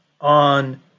on